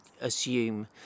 assume